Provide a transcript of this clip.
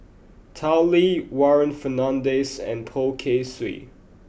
Tao Li Warren Fernandez and Poh Kay Swee